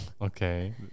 Okay